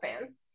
fans